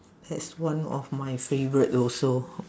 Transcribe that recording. that's one of my favourite also